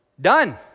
done